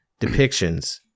depictions